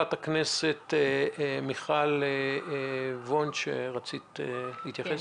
חברת הכנסת מיכל וונש, רצית להתייחס?